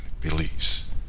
beliefs